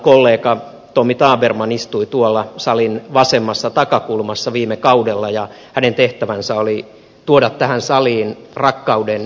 edustajakollega tommy tabermann istui tuolla salin vasemmassa takakulmassa viime kaudella ja hänen tehtävänsä oli tuoda tähän saliin rakkauden viestiä